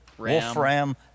Wolfram